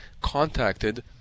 contacted